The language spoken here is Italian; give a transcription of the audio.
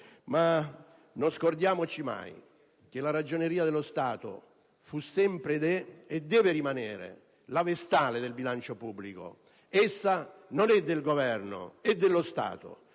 non scordarsi mai che la Ragioneria generale dello Stato fu sempre, è e deve rimanere la vestale del bilancio pubblico. Essa non è del Governo ma dello Stato,